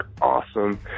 awesome